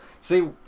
See